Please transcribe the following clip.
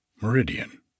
meridian